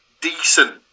decent